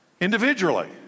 Individually